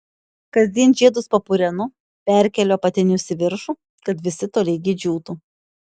kasdien žiedus papurenu perkeliu apatinius į viršų kad visi tolygiai džiūtų